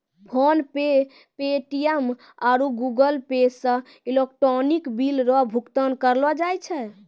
PhonePe Paytm आरु Google Pay से electronic bill रो भुगतान करलो जाय छै